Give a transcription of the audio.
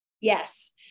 Yes